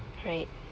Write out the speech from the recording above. right